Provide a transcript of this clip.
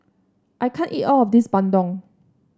I can't eat all of this Bandung